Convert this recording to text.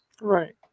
Right